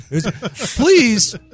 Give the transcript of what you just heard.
Please